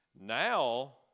Now